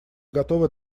готовы